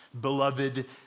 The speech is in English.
beloved